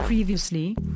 Previously